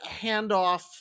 handoff